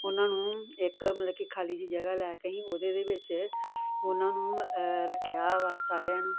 ਉਨ੍ਹਾਂ ਨੂੰ ਇੱਕ ਮਤਲਬ ਕਿ ਖਾਲੀ ਜਿਹੀ ਜਗ੍ਹਾ ਲੈ ਕੇ ਅਸੀਂ ਉਹਦੇ ਦੇ ਵਿੱਚ ਉਨ੍ਹਾਂ ਨੂੰ ਰੱਖਿਆ ਵਾ ਸਾਰਿਆਂ ਨੂੰ